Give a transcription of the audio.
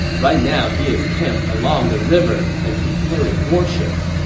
right now he is camped along the river and preparing war ships.